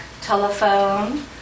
telephone